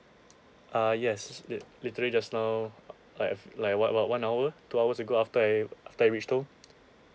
ah yes li~ literally just now I have like what what one hour two hours ago after I've after I've reached home